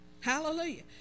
Hallelujah